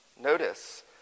Notice